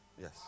Yes